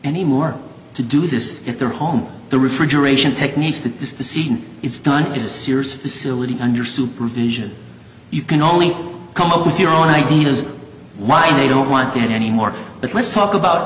anymore to do this if their home the refrigeration techniques that is the scene it's done it is serious facility under supervision you can only come up with your own ideas why they don't want that anymore but let's talk about